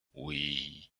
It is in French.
oui